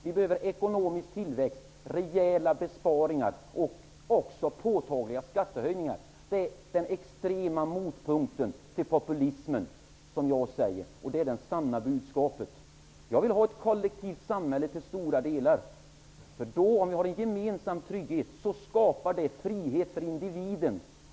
Vi behöver ekonomisk tillväxt, rejäla besparingar och påtagliga skattehöjningar. Detta är den extrema motpunkten till populismen. Det är det sanna budskapet. Jag vill till stora delar ha ett kollektivt samhälle. Om vi har gemensam trygghet skapas frihet för individen.